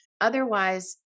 Otherwise